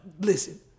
listen